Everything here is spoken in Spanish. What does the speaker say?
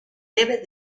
debe